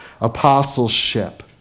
Apostleship